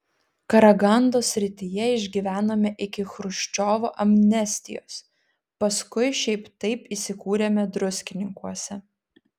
karagandos srityje išgyvenome iki chruščiovo amnestijos paskui šiaip taip įsikūrėme druskininkuose